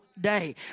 day